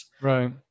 Right